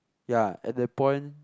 ya at that point